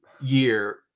year